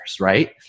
right